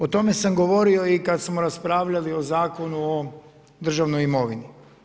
O tome sam govorio i kad smo raspravljali i o Zakonu o državnoj imovini.